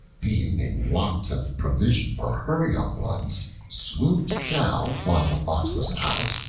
being in want of provision for her young ones, swooped down while the fox was out,